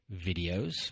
videos